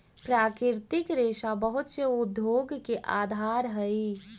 प्राकृतिक रेशा बहुत से उद्योग के आधार हई